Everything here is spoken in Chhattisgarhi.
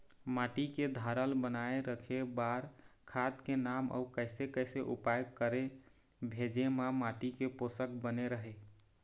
माटी के धारल बनाए रखे बार खाद के नाम अउ कैसे कैसे उपाय करें भेजे मा माटी के पोषक बने रहे?